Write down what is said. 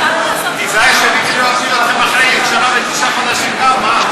תיזהר שביבי לא יפיל אתכם אחרי שנה ותשעה חודשים גם.